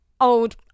old